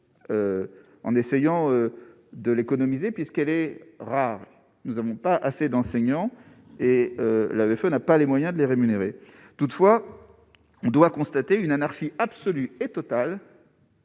en essayant de l'économiser, puisqu'elle est rare, nous n'avons pas assez d'enseignants et l'avait fait, n'a pas les moyens de les rémunérer, toutefois il doit constater une anarchie absolue et totale.